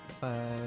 five